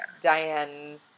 Diane